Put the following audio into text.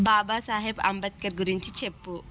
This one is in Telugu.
బాబాసాహెబ్ అంబేద్కర్ గురించి చెప్పు